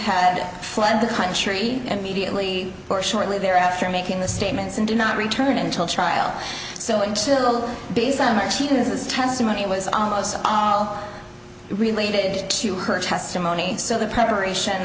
had fled the country immediately or shortly thereafter making the statements and did not return until trial so until based on actually this testimony was almost all related to her testimony so the preparation